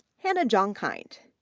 hannah jongkind,